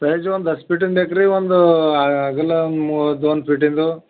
size ಒಂದು ದಸ್ ಫೀಟ್ಟಿಂದು ಬೇಕು ರೀ ಒಂದು ಅಗಲ ಒಂದು ಮೂವ ದೋನ್ ಫೀಟ್ಟಿಂದು